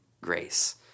grace